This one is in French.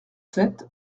sept